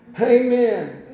Amen